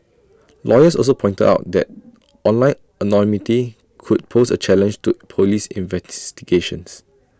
lawyers also pointed out that online anonymity could pose A challenge to Police